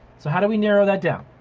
so how do we narrow that down?